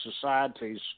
societies